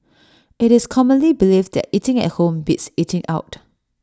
IT is commonly believed that eating at home beats eating out